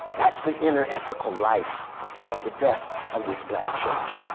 that's the inner-ethical life of the best of this black church.